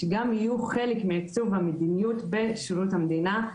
שגם יהיו חלק מעיצוב המדיניות בשירות המדינה.